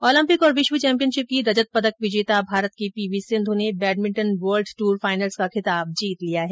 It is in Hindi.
ओलम्पिक और विश्व चैम्पियनशिप की रजत पदक विजेता भारत की पीवी सिन्धू ने बैडमिंटन वर्ल्ड ट्र फाइनल्स का खिताब जीत लिया है